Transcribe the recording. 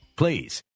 please